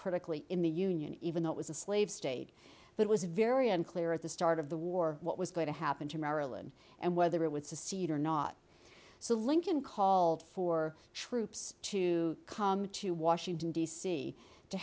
critically in the union even though it was a slave state but was very unclear at the start of the war what was going to happen to maryland and whether it was to seed or not so lincoln called for troops to come to washington d c to